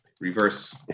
reverse